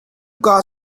kaa